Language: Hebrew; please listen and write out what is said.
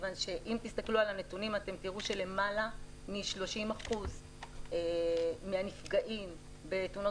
מכיוון שאם תסתכלו על הנתונים תראו שלמעלה מ-30% מהנפגעים בתאונות